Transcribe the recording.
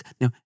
now